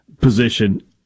position